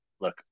look